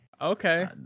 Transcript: Okay